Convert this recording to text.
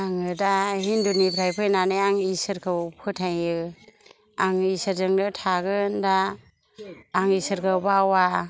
आङो दा हिन्दुनिफ्राय फैनानै इसोरखौ आं फोथायो आङो इसोरजोंनो थागोन दा आं इसोरखौ बावा